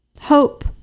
hope